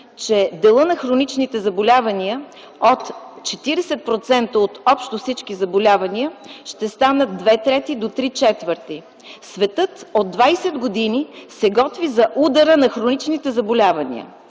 че делът на хроничните заболявания от 40% от общо всички заболявания, ще стане две трети до три четвърти. Светът от 20 години се готви за удара на хроничните заболявания.